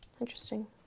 Interesting